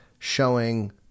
showing